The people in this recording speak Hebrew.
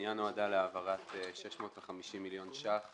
הפנייה נועדה להעברת 650 מיליון שקלים